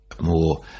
more